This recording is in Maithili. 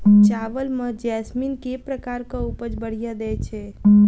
चावल म जैसमिन केँ प्रकार कऽ उपज बढ़िया दैय छै?